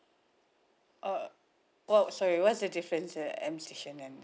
uh what sorry what's the difference err M station and